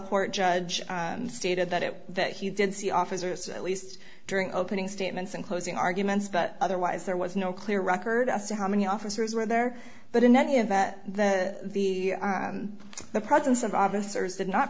court judge stated that it that he did see officers at least during opening statements and closing arguments but otherwise there was no clear record as to how many officers were there but in any event the the the presence of vavasor's did not